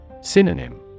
Synonym